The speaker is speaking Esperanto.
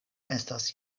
estas